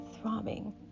throbbing